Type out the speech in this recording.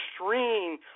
extreme